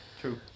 True